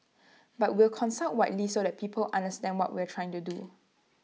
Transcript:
but we'll consult widely so that people understand what we're trying to do